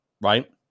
right